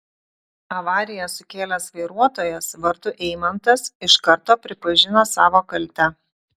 avariją sukėlęs vairuotojas vardu eimantas iš karto pripažino savo kaltę